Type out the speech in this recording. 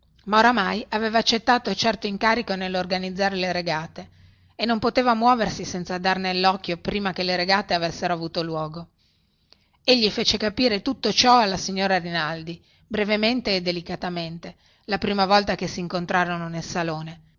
ma oramai aveva accettato certo incarico nellorganizzare le regate e non poteva muoversi senza dar nellocchio prima che le regate avessero avuto luogo egli fece capire tutto ciò alla signora rinaldi brevemente e delicatamente la prima volta che si incontrarono nel salone